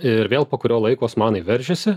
ir vėl po kurio laiko osmanai veržiasi